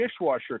dishwasher